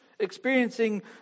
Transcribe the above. Experiencing